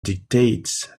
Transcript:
dictates